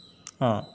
ಹೂಂ